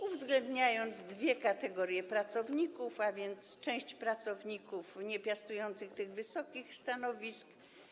uwzględniając dwie kategorie pracowników, a więc część pracowników niepiastujących tych wysokich stanowisk.